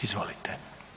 Izvolite.